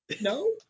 No